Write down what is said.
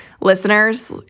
listeners